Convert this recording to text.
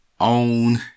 own